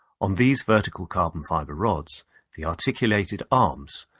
on these vertical carbon fiber rods the articulated arms,